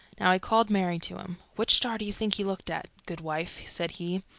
now he called mary to him. which star do you think he looked at, good wife? said he.